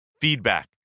feedback